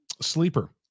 Sleeper